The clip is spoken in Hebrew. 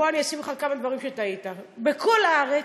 בוא אני אגיד לך כמה דברים שטעית בהם: בכל הארץ,